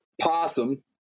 possum